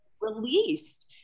released